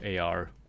AR